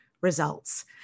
results